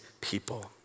people